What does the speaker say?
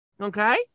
Okay